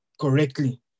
correctly